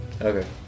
Okay